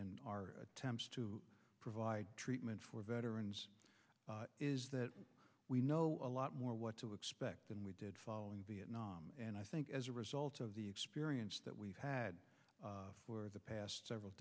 and our attempts to provide treatment for veterans is that we know a lot more what to expect than we did following vietnam and i think as a result of the experience that we've had for the past several